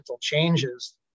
changes